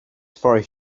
for